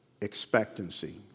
expectancy